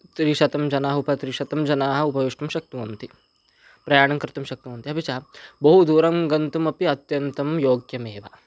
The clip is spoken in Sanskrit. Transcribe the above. त्रिशतं जनाः उपत्रिशतं जनाः उपविष्टुं शक्नुवन्ति प्रयाणं कर्तुं शक्नुवन्ति अपि च बहु दूरं गन्तुमपि अत्यन्तं योग्यमेव